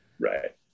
Right